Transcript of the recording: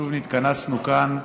שוב נתכנסנו כאן,